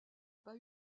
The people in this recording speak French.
pas